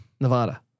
Nevada